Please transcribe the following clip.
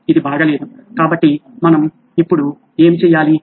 ఇది బాగాలేదు కాబట్టి మనం ఇప్పుడు ఏమి చేయాలి